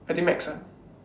I think max ah